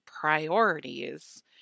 priorities